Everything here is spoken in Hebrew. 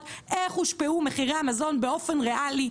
איך הושפעו מחירי המזון באופן ריאלי?